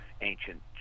ancient